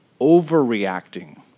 overreacting